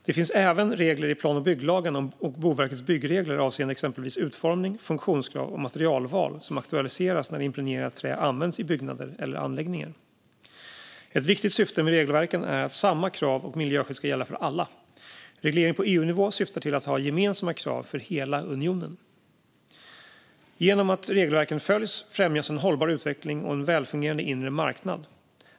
Det finns även regler i plan och bygglagen och Boverkets byggregler avseende exempelvis utformning, funktionskrav och materialval som aktualiseras när impregnerat trä används i byggnader eller anläggningar. Ett viktigt syfte med regelverken är att samma krav och miljöskydd ska gälla för alla. Reglering på EU-nivå syftar till att ha gemensamma krav för hela unionen. Genom att regelverken följs främjas en hållbar utveckling och en välfungerande inre marknad.